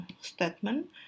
statement